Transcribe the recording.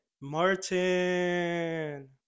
Martin